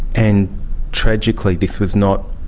and tragically this was not